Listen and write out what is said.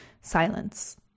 Silence